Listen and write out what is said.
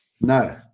No